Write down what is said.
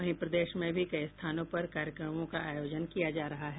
वहीं प्रदेश में भी कई स्थानों पर कार्यक्रमों का आयोजन किया जा रहा है